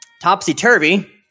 topsy-turvy